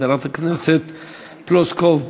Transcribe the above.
חברת הכנסת פלוסקוב.